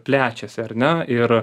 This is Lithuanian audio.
plečiasi ar ne ir